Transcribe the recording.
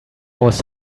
was